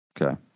okay